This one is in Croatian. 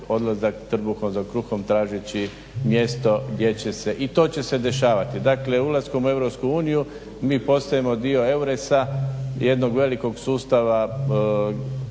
odlazak trbuhom za kruhom tražeći mjesto gdje će se, i to će se dešavati. Dakle, ulaskom u EU mi postajemo dio Euresa, jednog velikog sustava